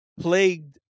plagued